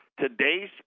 Today's